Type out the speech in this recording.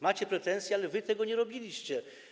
Macie o to pretensje, ale wy tego nie robiliście.